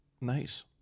Nice